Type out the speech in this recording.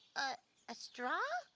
ah a straw?